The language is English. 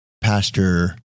Pastor